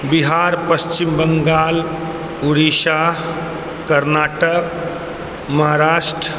Bihar Paschim Bangal Orissa Karnataka Maharashtra